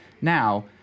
now